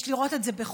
יש לראות את זה בחומרה,